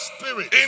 Spirit